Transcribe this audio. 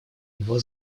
его